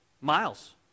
miles